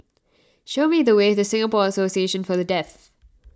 show me the way to Singapore Association for the Deaf